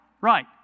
right